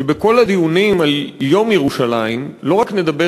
שבכל הדיונים על יום ירושלים לא רק נדבר